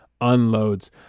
unloads